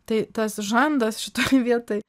tai tas žandas šitoj vietoj